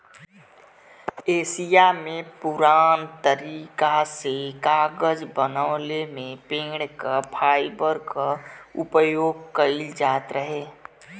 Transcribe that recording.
Asia में पुरान तरीका से कागज बनवले में पेड़ क फाइबर क उपयोग कइल जात रहे